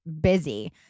busy